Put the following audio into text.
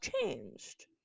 changed